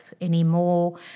anymore